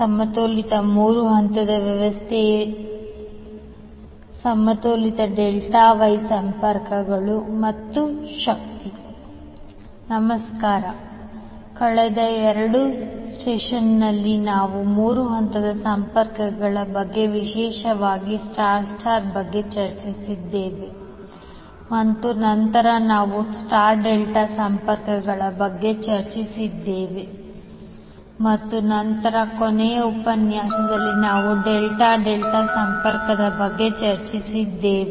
ಸಮತೋಲಿತ ಮೂರು ಹಂತದ ವ್ಯವಸ್ಥೆಯಲ್ಲಿ ಸಮತೋಲಿತ ಡೆಲ್ಟಾ ವೈ ಸಂಪರ್ಕಗಳು ಮತ್ತು ಶಕ್ತಿ ನಮಸ್ಕಾರ ಕಳೆದ ಎರಡು ಸೆಷನ್ಗಳಲ್ಲಿ ನಾವು ಮೂರು ಹಂತದ ಸಂಪರ್ಕಗಳ ಬಗ್ಗೆ ವಿಶೇಷವಾಗಿ ಸ್ಟಾರ್ ಸ್ಟಾರ್ ಬಗ್ಗೆ ಚರ್ಚಿಸಿದ್ದೇವೆ ಮತ್ತು ನಂತರ ನಾವು ಸ್ಟಾರ್ ಡೆಲ್ಟಾ ಸಂಪರ್ಕಗಳ ಬಗ್ಗೆ ಚರ್ಚಿಸಿದ್ದೇವೆ ಮತ್ತು ನಂತರ ಕೊನೆಯ ಉಪನ್ಯಾಸದಲ್ಲಿ ನಾವು ಡೆಲ್ಟಾ ಡೆಲ್ಟಾ ಸಂಪರ್ಕದ ಬಗ್ಗೆ ಚರ್ಚಿಸಿದ್ದೇವೆ